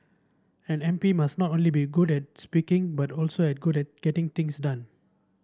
an M P must now only be good at speaking but also at good at getting things done